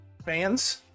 Fans